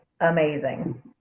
amazing